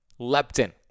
leptin